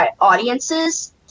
audiences